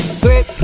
sweet